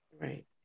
Right